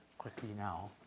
quickly now.